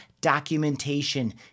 documentation